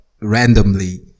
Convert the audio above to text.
randomly